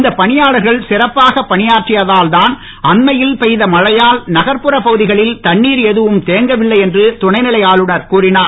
இந்த பணியாளர்கள் சிறப்பாக பணியாற்றியதால்தான் அன்மையில் பெய்த மழையால் நகர்புற பகுதிகளில் தண்ணீர் எதுவும் தேங்கவில்லை என்று துணை நிலை ஆளுனர் கூறினார்